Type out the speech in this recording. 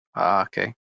Okay